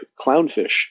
clownfish